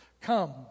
Come